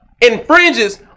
infringes